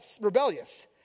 rebellious